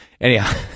anyhow